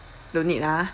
no need ah